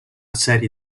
serie